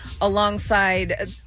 alongside